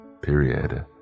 period